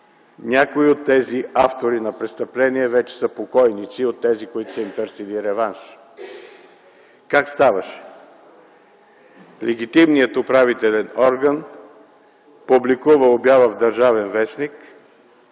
Някои от тези автори на престъпления вече са покойници – от тези, които са им търсили реванш. Как ставаше? Легитимният управителен орган публикува обява в „Държавен вестник”